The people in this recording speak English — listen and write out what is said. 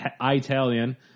Italian